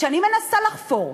וכשאני מנסה לחפור,